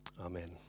Amen